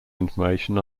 information